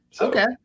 Okay